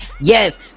yes